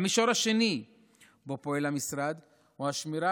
המישור השני שבו פועל המשרד הוא השמירה